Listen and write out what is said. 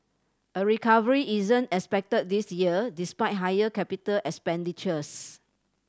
a recovery isn't expected this year despite higher capital expenditures